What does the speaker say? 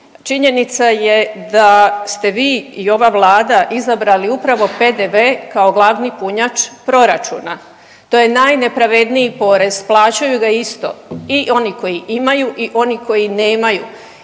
Činjenica je da ste vi i ova vlada izabrali upravo PDV kao glavni punjač proračuna. To je najnepravedniji porez, plaćaju ga isto i oni koji imaju i oni koji nemaju